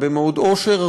הרבה מאוד עושר,